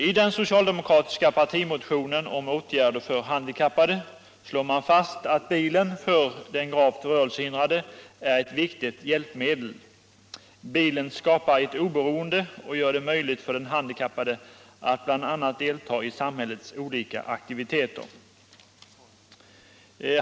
I den socialdemokratiska partimotionen om åtgärder för handikappade slår man fast att bilen för den gravt rörelsehindrade är ett viktigt hjälpmedel. Bilen skapar ett oberoende och gör det möjligt för den handikappade att bl.a. delta i samhällets olika aktiviteter.